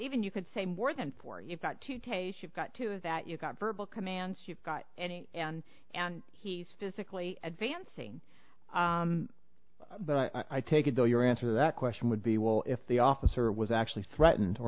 even you could say more than four you've got to take a shit got to that you've got verbal commands you've got any and and he's physically advancing but i take it though your answer that question would be well if the officer was actually threatened or